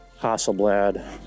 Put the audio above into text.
Hasselblad